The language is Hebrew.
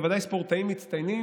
ובוודאי ספורטאים מצטיינים,